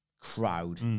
crowd